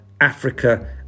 Africa